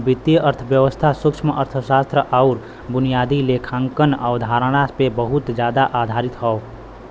वित्तीय अर्थशास्त्र सूक्ष्मअर्थशास्त्र आउर बुनियादी लेखांकन अवधारणा पे बहुत जादा आधारित हौ